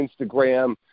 Instagram